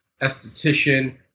esthetician